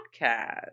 podcast